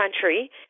country